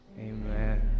Amen